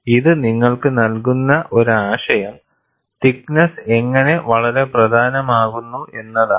ഇത് നിങ്ങൾക്ക് നൽകുന്ന ഒരു ആശയം തിക്നെസ്സ് എങ്ങനെ വളരെ പ്രധാനമാകുന്നു എന്നതാണ്